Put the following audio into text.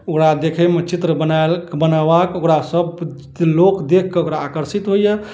ओकरा देखयमे चित्र बना बनेबाक ओकरा सब लोक देख कऽ ओकरा आकर्षित होइए